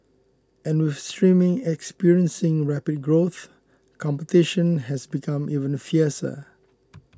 and with streaming experiencing rapid growth competition has become even fiercer